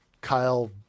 Kyle